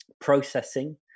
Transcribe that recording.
processing